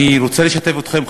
אני רוצה לשתף אתכם,